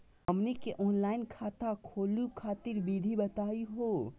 हमनी के ऑनलाइन खाता खोलहु खातिर विधि बताहु हो?